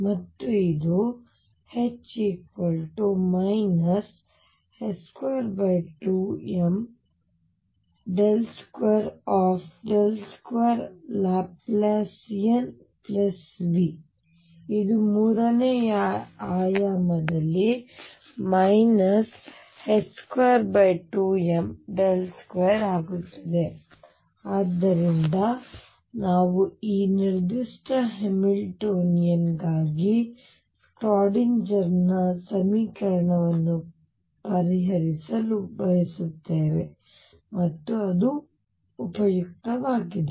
ಮತ್ತು ಇದು H 22m 2 2 Laplacian V ಇದು 3ನೇ ಆಯಾಮದಲ್ಲಿ 22m 2 ಆಗುತ್ತದೆ ಆದ್ದರಿಂದ ನಾವು ಈ ನಿರ್ದಿಷ್ಟ ಹ್ಯಾಮಿಲ್ಟೋನಿಯನ್ ಗಾಗಿ ಸ್ಕ್ರಾಡಿನ್ಜರ್ನ ಸಮೀಕರಣವನ್ನು ಪರಿಹರಿಸಲು ಬಯಸುತ್ತೇವೆ ಮತ್ತು ಅದು ಉಪಯುಕ್ತವಾಗಿದೆ